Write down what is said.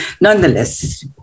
nonetheless